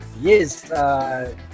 Yes